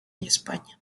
españa